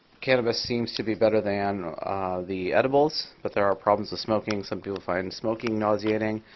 cannabis seems to be better than the edibles. but there are problems with smoking. some people find and smoking nauseating.